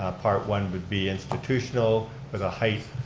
ah part one would be institutional with a height